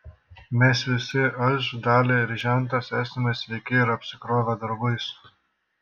mes visi aš dalia ir žentas esame sveiki ir apsikrovę darbais